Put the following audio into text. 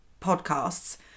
podcasts